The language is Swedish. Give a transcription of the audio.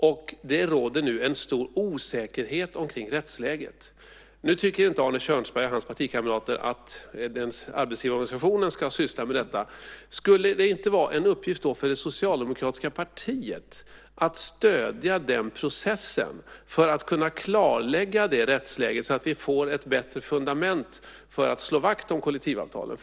Och det råder nu en stor osäkerhet om rättsläget. Nu tycker inte Arne Kjörnsberg och hans partikamrater att arbetsgivarorganisationen ska syssla med detta. Skulle det då inte vara en uppgift för det socialdemokratiska partiet att stödja den processen för att kunna klarlägga rättsläget, så att vi får ett bättre fundament för att slå vakt om kollektivavtalen?